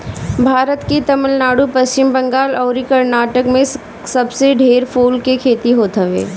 भारत के तमिलनाडु, पश्चिम बंगाल अउरी कर्नाटक में सबसे ढेर फूल के खेती होत हवे